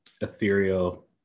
ethereal